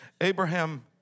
Abraham